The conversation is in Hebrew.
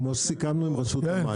כמו שסיכמנו עם רשות המים.